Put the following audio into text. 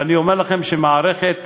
ואני אומר לכם, מערכת החינוך,